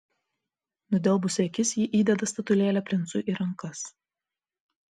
nudelbusi akis ji įdeda statulėlę princui į rankas